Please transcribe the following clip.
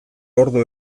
ordu